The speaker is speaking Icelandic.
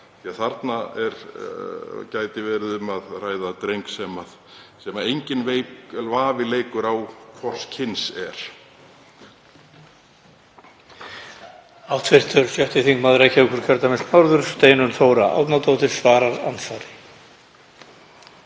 þarna gæti verið um að ræða dreng sem enginn vafi leikur á hvors kyns er.